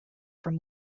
from